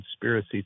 conspiracy